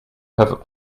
pivot